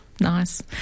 Nice